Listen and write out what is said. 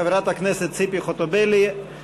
חברת הכנסת ציפי חוטובלי,